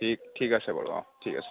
ঠিক ঠিক আছে বাৰু ঠিক আছে